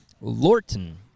Lorton